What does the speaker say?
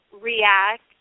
react